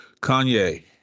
Kanye